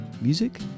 music